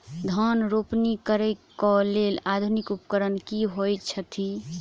धान रोपनी करै कऽ लेल आधुनिक उपकरण की होइ छथि?